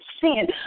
sin